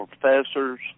professors